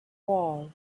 wall